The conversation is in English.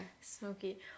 smoky